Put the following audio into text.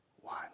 one